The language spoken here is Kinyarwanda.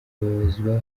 abayobozi